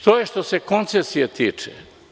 To je što se koncesije tiče.